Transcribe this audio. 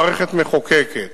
מערכת מחוקקת,